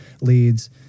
leads